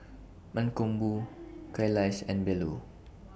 Mankombu Kailash and Bellur